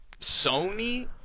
Sony